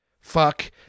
fuck